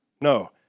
No